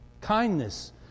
kindness